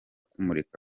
kumurika